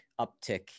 uptick